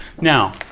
Now